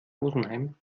rosenheim